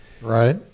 Right